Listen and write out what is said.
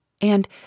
And